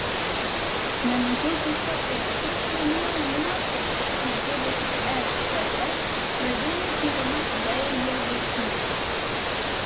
ne mažiau keista ir paties premjero nuostaba išgirdus jog stt pradėjo tyrimą dėl jo veiksmų